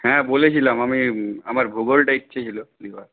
হ্যাঁ বলেছিলাম আমি আমার ভূগোলটা ইচ্ছে ছিল নেওয়ার